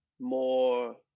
more